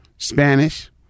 Spanish